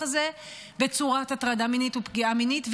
הזה בצורת הטרדה מינית ופגיעה מינית,